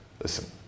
listen